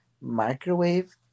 microwave